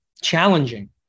challenging